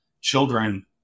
children